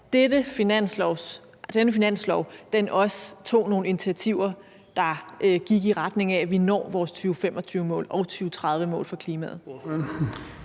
denne finanslov også tog nogle initiativer, der gik i retning af, at vi når vores 2025-mål og 2030-mål for klimaet?